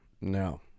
no